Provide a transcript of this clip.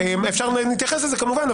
נתייחס לזה כמובן,